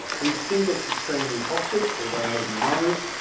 we think it's extremely toxic although nobody knows.